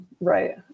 right